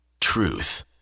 Truth